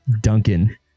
Duncan